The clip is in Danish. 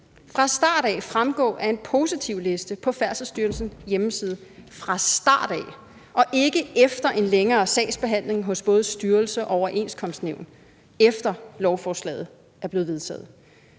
fra start af fremgå af en positivliste på Færdselsstyrelsens hjemmeside – fra start af og ikke efter en længere sagsbehandling hos både styrelse og overenskomstnævn, efter lovforslaget er blevet vedtaget.